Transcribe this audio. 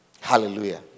Hallelujah